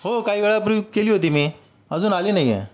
हो काही वेळापूर्वी केली होती मी अजून आली नाही आहे